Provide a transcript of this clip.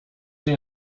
sie